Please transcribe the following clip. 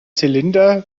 zylinder